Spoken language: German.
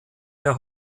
der